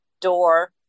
door